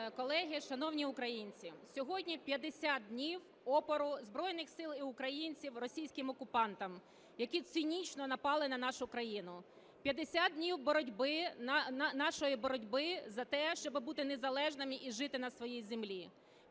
колеги, шановні українці! Сьогодні 50 днів опору Збройних Сил і українців російським окупантам, які цинічно напали на нашу країну, 50 днів боротьби, нашої боротьби за те, щоби бути незалежними і жити на своїй землі,